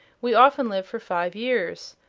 we often live for five years.